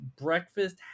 breakfast